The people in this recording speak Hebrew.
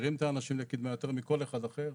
מכשירים את האנשים לקדמה יותר מכל אחד אחר.